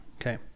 Okay